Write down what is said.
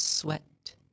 Sweat